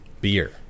Beer